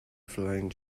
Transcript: flying